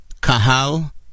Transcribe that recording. Kahal